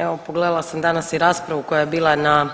Evo pogledala sam danas i raspravu koja je bila na